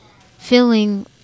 Feeling